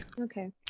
Okay